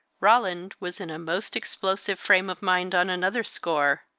roland was in a most explosive frame of mind on another score,